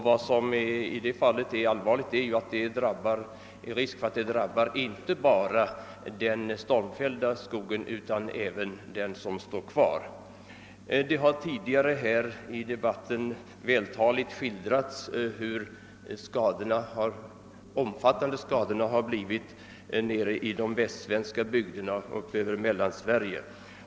Vad som i detta fall är allvarligt är att det finns risk för att skadorna drabbar inte bara den stormfällda skogen utan även den som står kvar. Tidigare under dagens debatt har det vältaligt skildrats hur omfattande skadorna har blivit nere i de västsvenska bygderna och i Mellansverige.